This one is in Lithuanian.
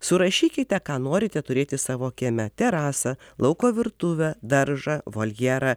surašykite ką norite turėti savo kieme terasą lauko virtuvę daržą voljerą